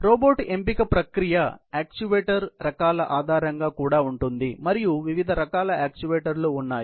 robot ఎంపిక ప్రక్రియ actuator రకాల ఆధారంగా కూడా ఉంటుంది మరియు వివిధ రకాల యాక్యుయేటర్లు ఉన్నాయి